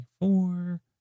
four